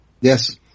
Yes